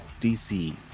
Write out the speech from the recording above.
DC